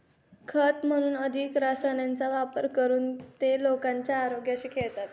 खत म्हणून अधिक रसायनांचा वापर करून ते लोकांच्या आरोग्याशी खेळतात